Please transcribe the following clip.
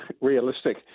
realistic